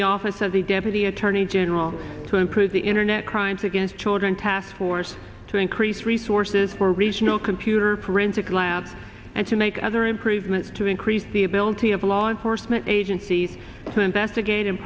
the office of the deputy attorney general to improve the internet crimes against children task force to increase resources for regional computer parental collab and to make other improvements to increase the ability of law enforcement agencies to investigate and